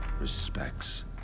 Respects